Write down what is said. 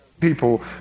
people